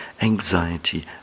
anxiety